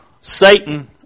Satan